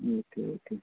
okay okay